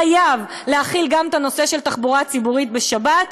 חייב להכיל גם את הנושא של תחבורה ציבורית בשבת,